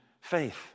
faith